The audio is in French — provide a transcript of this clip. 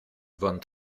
van